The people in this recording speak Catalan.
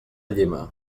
llima